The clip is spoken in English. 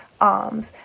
arms